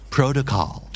Protocol